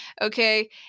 okay